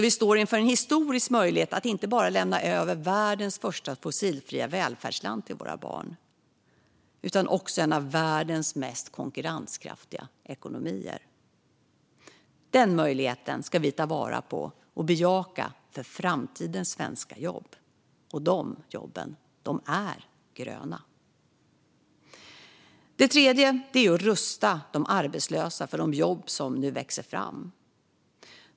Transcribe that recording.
Vi står inför en historisk möjlighet att lämna över inte bara världens första fossilfria välfärdsland till våra barn utan också en av världens mest konkurrenskraftiga ekonomier. Den möjligheten ska vi ta vara på och bejaka för framtidens svenska jobb. Och de jobben är gröna. Det tredje är att rusta de arbetslösa för de jobb som nu växer fram.